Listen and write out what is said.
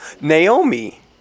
Naomi